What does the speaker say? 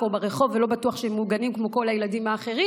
ברחוב ולא בטוח שהם מוגנים כמו כל הילדים האחרים.